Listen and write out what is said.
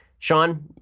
Sean